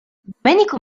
domenico